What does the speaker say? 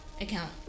account